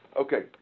Okay